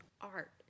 art